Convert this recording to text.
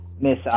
Miss